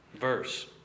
verse